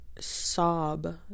sob